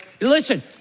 Listen